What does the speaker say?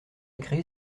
créer